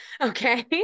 okay